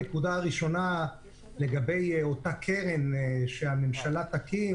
הנקודה הראשונה לגבי אותה קרן שהממשלה תקים,